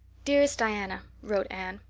dearest diana wrote anne,